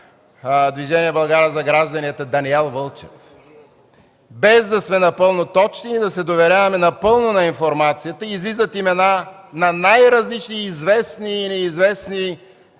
Движение „България за гражданите” Даниел Вълчев. Без да сме напълно точни и да се доверяваме напълно на информацията, излизат имена на най-различни известни и неизвестни